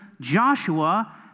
Joshua